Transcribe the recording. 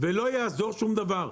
ולא יעזור שום דבר.